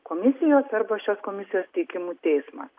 komisijos arba šios komisijos teikimu teismas